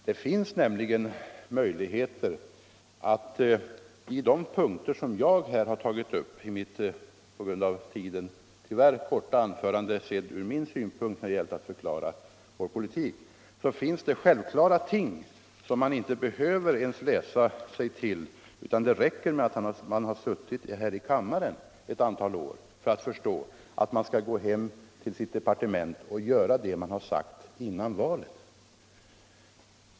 Det finns nämligen möjligheter på de punkter som jag här tagit upp i mitt av tidsskäl tyvärr alltför korta anförande — sett från min synpunkt — ÅAllmänpolitisk debatt Allmänpolitisk debatt att förklara vår politik, att avgöra självklara frågor som man inte ens behöver läsa sig till. Det räcker nämligen med att man har suttit här i kammaren ett antal år för att man skall kunna gå till sitt departement och göra det man har sagt före valet.